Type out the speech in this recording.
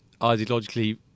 ideologically